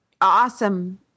awesome